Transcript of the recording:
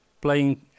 playing